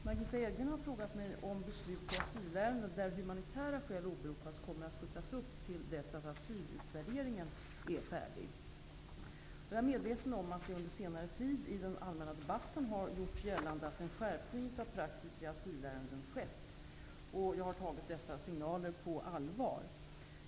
Fru talman! Margitta Edgren har frågat mig om beslut i asylärenden där humanitära skäl åberopats kommer att skjutas upp till dess asylutvärderingen är färdig. Jag är medveten om att det under senare tid i den allmänna debatten har gjorts gällande att en skärpning av praxis i asylärenden skett. Jag har tagit dessa signaler på allvar.